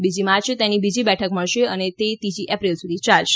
બીજી માર્યે તેની બીજી બેઠક મળશે અને તે ત્રીજી એપ્રિલ સુધી ચાલશે